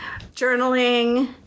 journaling